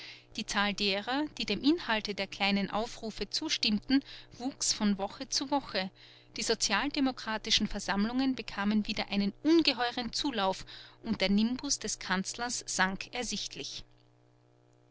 die zahl derer die dem inhalte der kleinen aufrufe zustimmten wuchs von woche zu woche die sozialdemokratischen versammlungen bekamen wieder einen ungeheuren zulauf und der nimbus des kanzlers sank ersichtlich